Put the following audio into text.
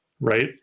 right